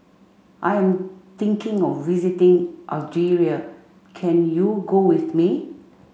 I am thinking of visiting Algeria can you go with me